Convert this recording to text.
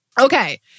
Okay